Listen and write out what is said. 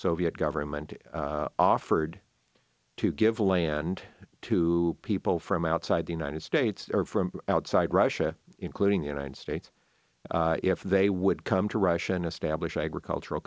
soviet government offered to give land to people from outside the united states outside russia including the united states if they would come to russian establish agricultural